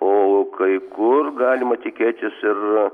o kai kur galima tikėtis ir